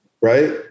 right